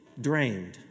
drained